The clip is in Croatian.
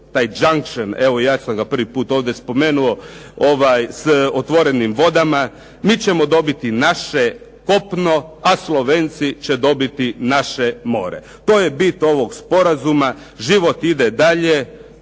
taj junction, evo ja sam ga prvi put ovdje spomenuo, otvorenim vodama. Mi ćemo dobiti naše kopno, a Slovenci će dobiti naše more. To je bit ovog sporazuma. Život ide dalje,